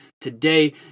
today